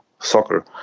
soccer